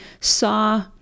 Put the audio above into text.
saw